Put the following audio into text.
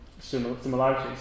similarities